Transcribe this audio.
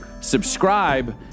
subscribe